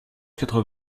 quatre